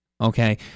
Okay